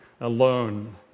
alone